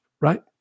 right